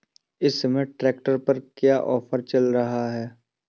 इस समय ट्रैक्टर पर क्या ऑफर चल रहा है?